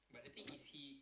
but the thing is he